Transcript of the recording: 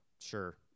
Sure